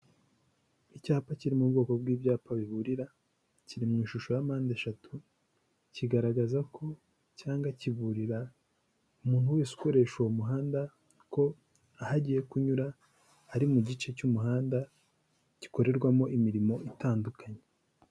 Icyapa kiri mu bwoko bw'ibyapa biburira, kiri mu ishusho ya mpande eshatu, kigaragaza ko cyangwa kiburira umuntu wese ukoresha uwo muhanda ko aho agiye kunyura ari mu gice cy'umuhanda gikorerwamo imirimo itandukanye.